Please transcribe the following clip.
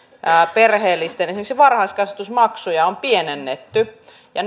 perheellisten esimerkiksi varhaiskasvatusmaksuja on pienennetty ja